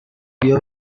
بیا